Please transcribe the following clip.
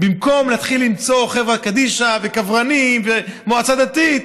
במקום להתחיל למצוא חברת קדישא וקברנים ומועצה דתית,